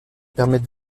permet